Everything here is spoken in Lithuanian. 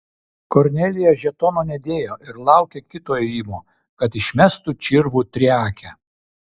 kornelija žetono nedėjo ir laukė kito ėjimo kad išmestų čirvų triakę